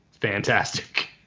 Fantastic